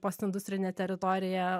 postindustrinė teritorija